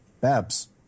Babs